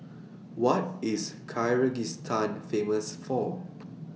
What IS Kyrgyzstan Famous For